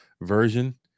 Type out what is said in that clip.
version